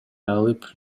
ыйлап